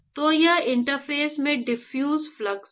तो यह इंटरफेस में डिफ्यूजिव फ्लक्स है